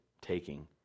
taking